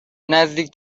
نزدیک